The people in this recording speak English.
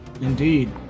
Indeed